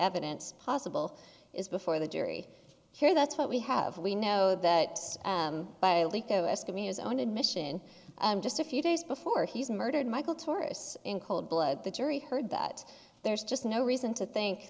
evidence possible is before the jury here that's what we have we know that by a leap go ask me is own admission just a few days before he's murdered michael tourists in cold blood the jury heard that there's just no reason to think